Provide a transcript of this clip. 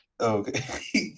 Okay